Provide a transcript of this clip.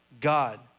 God